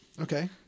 Okay